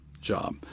job